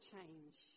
change